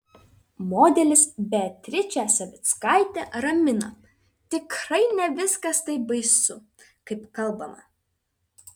modelis beatričė savickaitė ramina tikrai ne viskas taip baisu kaip kalbama